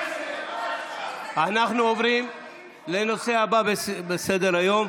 אנחנו עוברים לנושא הבא בסדר-היום.